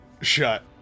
shut